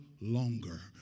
longer